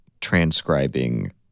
transcribing